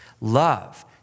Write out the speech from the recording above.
Love